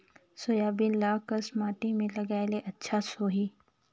Soybean ल कस माटी मे लगाय ले अच्छा सोही?